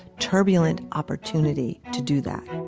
turbulent opportunity to do that